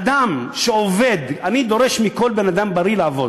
אדם שעובד, אני דורש מכל בן-אדם בריא לעבוד,